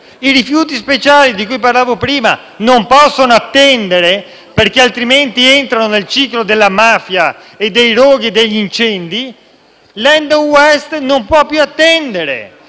I rifiuti speciali di cui parlavo prima non possono attendere, altrimenti entrano nel ciclo della mafia, dei roghi e degli incendi. L'*end of waste* non può più attendere